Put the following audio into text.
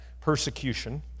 persecution